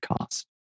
cost